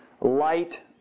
light